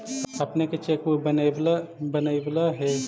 अपने के cheque book बनवइला हे